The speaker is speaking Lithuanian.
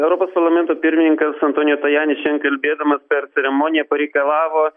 europos parlamento pirmininkas antonijo tajanis šian kalbėdama per ceremoniją pareikalavo